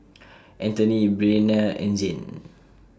Antony Bryana and Zane